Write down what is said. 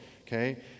okay